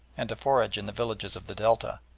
and to forage in the villages of the delta.